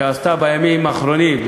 שעשתה בימים האחרונים,